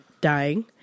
dying